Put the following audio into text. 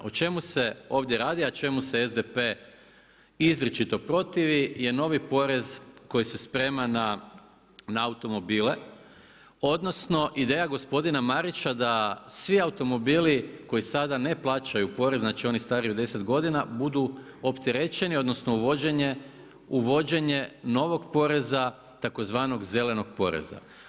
O čemu se ovdje radi, a čemu se SDP izričito protivi je novi porez koji se sprema na automobile, odnosno ideja je gospodina Marića da svi automobili koji sada ne plaćaju porez, znači oni stariji od 10 godina budu opterećeni, odnosno uvođenje novog poreza, tzv. zelenog poreza.